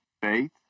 faith